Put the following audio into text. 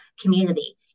community